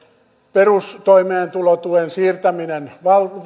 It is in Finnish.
perustoimeentulotuen siirtäminen